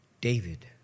David